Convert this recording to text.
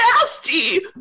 nasty